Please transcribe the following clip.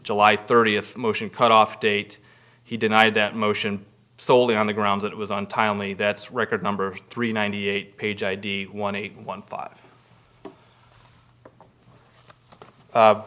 july thirtieth motion cutoff date he denied that motion solely on the grounds that it was on timely that's record number three ninety eight page id one eight one five